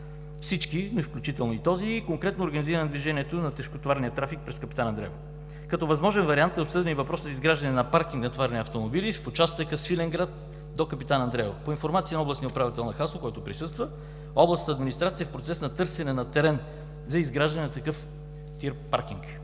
всички, включително и този, и конкретно организиране движението на тежкотоварния трафик през „Капитан Андреево“. Като възможен вариант е обсъден и въпросът за изграждане на паркинг за товарни автомобили в участъка Свиленград до „Капитан Андреево“. По информация на областния управител на Хасково, който присъства, областната администрация е в процес на търсене на терен за изграждане на такъв ТИР паркинг.